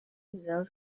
without